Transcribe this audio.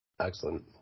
Excellent